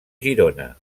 girona